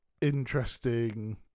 interesting